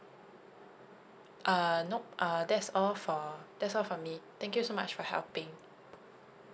err nope uh that's all for that's all for me thank you so much for helping